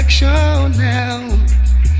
now